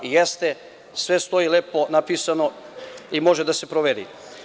Jeste, sve stoji lepo napisano i može da se proveri.